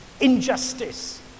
injustice